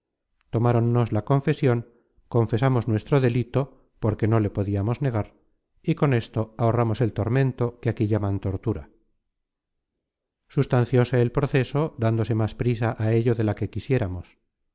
tomáronnos la confesion confesamos nuestro delito porque no le podiamos negar y con esto ahorramos el tormento que aquí llaman tortura sustancióse el pro ceso dándose más prisa á ello de la que quisiéramos